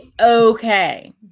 okay